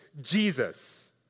Jesus